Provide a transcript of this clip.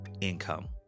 income